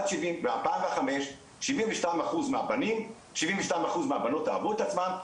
ב- 2005: 72 אחוז מהבנות אהבות את עצמם,